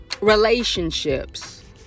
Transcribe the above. relationships